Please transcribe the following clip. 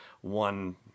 one